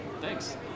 thanks